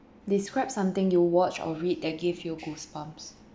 describe something you watch or read that give you goosebumps